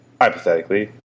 hypothetically